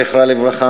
זיכרונה לברכה,